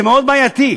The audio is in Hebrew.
זה מאוד בעייתי,